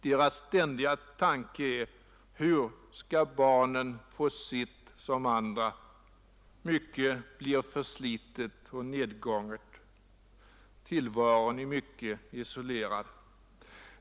Deras ständiga tanke är: Hur skall barnen få sitt som andra? Hemmet blir förslitet och nedgånget, och tillvaron blir isolerad.